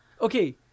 Okay